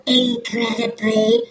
incredibly